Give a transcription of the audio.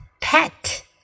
pet